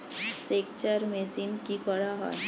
সেকচার মেশিন কি করা হয়?